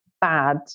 bad